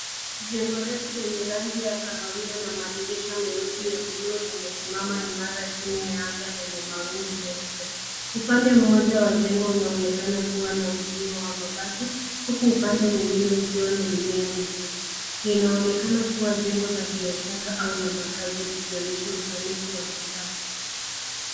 Jengo refu lenye rangi ya kahawia na madirisha meusi ya bluu limesimama imara chini ya anga lenye mawingu meupe. Upande mmoja wa jengo unaonekana kuwa na uzio wa mabati huku upande mwingine ukiwa na mimea mifupi. Inaonekana kuwa jengo la biashara au la makazi likionyesha usanifu wa kisasa.